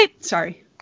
Sorry